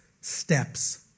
steps